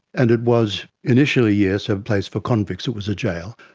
and it was initially, yes, a place for convicts, it was a jail.